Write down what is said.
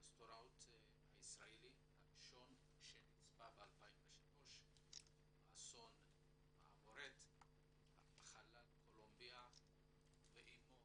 האסטרונאוט הישראלי הראשון שנספה ב-2003 באסון מעבורת החלל קולומביה ואמו